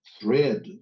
thread